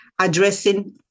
addressing